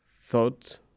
thought